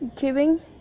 giving